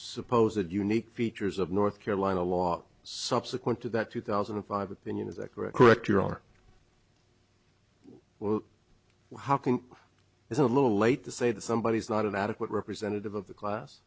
supposed that unique features of north carolina law subsequent to that two thousand and five opinion is that correct your honor how can is a little late to say that somebody is not an adequate representative of the class